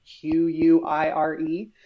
Q-U-I-R-E